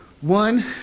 One